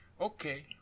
Okay